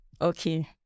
okay